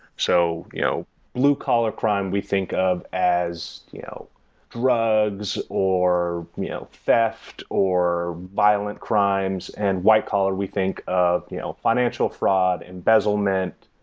so you know blue collar crime, we think of as you know drugs, or ah theft, or violent crimes, and white collar we think of you know financial fraud, embezzlement,